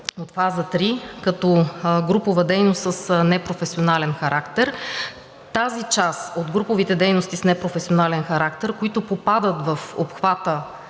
от фаза 3 като групова дейност с непрофесионален характер, тази част от груповите дейности с непрофесионален характер, които попадат в обхвата